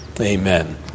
Amen